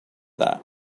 that